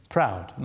Proud